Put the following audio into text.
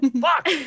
Fuck